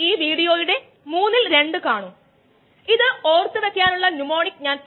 പിന്നെ എൻസൈമുകളിലൂടെയുള്ള പരിവർത്തനം എൻസൈമുകളിലൂടെയുള്ള ബയോ ട്രാൻസ്ഫോർമേഷൻ എന്നിവ ഒരു